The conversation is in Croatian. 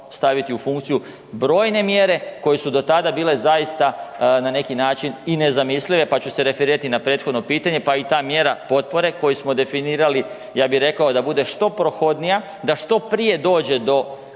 staviti u funkciju brojne mjere koje su do tada bile zaista na neki način i nezamislive, pa ću se referirati na prethodno pitanje, pa i ta mjera potpore koju smo definirali, ja bih rekao da bude što prohodnija, da što prije dođe do